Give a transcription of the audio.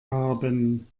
haben